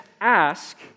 Ask